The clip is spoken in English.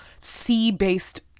sea-based